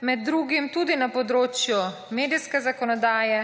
med drugim tudi na področju medijske zakonodaje,